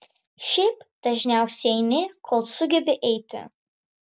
šiaip dažniausiai eini kol sugebi eiti